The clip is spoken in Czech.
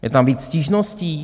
Je tam víc stížností?